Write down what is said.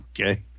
Okay